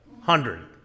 hundred